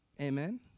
Amen